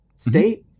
state